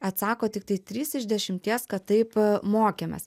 atsako tiktai trys iš dešimties kad taip mokėmės